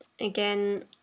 again